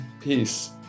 peace